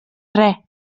res